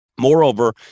Moreover